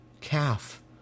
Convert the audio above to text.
calf